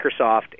Microsoft